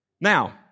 Now